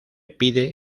pide